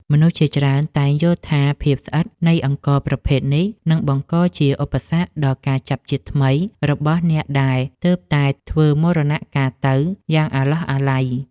មនុស្សជាច្រើនតែងយល់ថាភាពស្អិតនៃអង្ករប្រភេទនេះនឹងបង្កជាឧបសគ្គដល់ការចាប់ជាតិថ្មីរបស់អ្នកដែលទើបតែធ្វើមរណកាលទៅយ៉ាងអាឡោះអាល័យ។